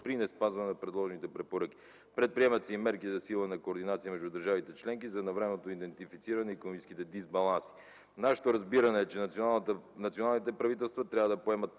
при неспазване на предложените препоръки. Предприемат се и мерки за засилване на координацията между държавите членки за навременното идентифициране на икономическите дисбаланси. Нашето разбиране е, че националните правителства трябва да поемат